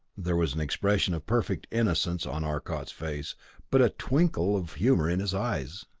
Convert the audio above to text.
there was an expression of perfect innocence on arcot's face but a twinkle of humor in his eyes.